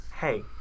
Hey